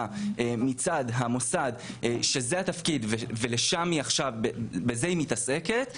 מצד המוסד שקובע שזה התפקיד ובזה היא מתעסקת,